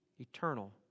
eternal